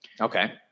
Okay